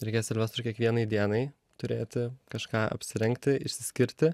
reikės silvestrui kiekvienai dienai turėti kažką apsirengti išsiskirti